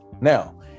now